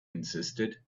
insisted